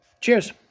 cheers